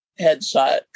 headshot